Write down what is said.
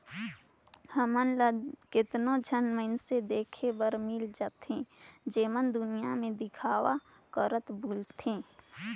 हमन ल केतनो झन मइनसे देखे बर मिलथें जेमन दुनियां में देखावा करत बुलथें